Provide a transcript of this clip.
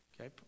Okay